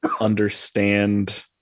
understand